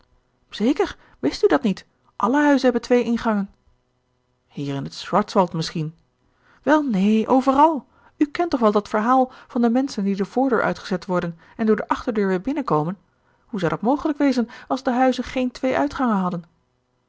zeker wist u dat niet alle huizen hebben twee ingangen hier in het schwarzwald misschien wel neen overal u kent toch wel dat verhaal van de menschen die de voordeur uitgezet worden en door de achterdeur weder binnen komen hoe zou dat mogelijk wezen als de huizen geen twee uitgangen hadden